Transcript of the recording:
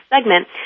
segment